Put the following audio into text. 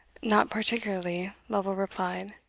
not particularly, lovel replied.